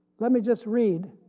let me just read